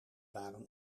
waren